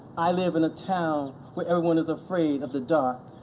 i live in a town where everyone is afraid of the dark.